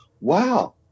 Wow